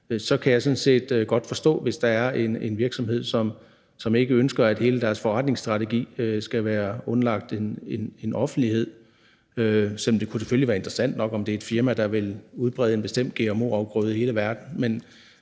sådan set godt forstå det, hvis der er en virksomhed, som ikke ønsker, at hele deres forretningsstrategi skal være underlagt en offentlighed – selv om det selvfølgelig kunne være interessant nok at vide, om det var et firma, der ville udbrede en bestemt gmo-afgrøde i hele verden.